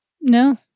No